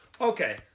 Okay